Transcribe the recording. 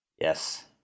yes